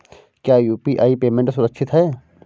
क्या UPI payment सुरक्षित है?